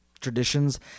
traditions